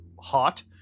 hot